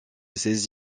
ces